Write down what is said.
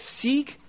seek